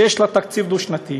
שיש לו תקציב דו-שנתי?